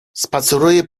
spaceruję